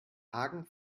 hagen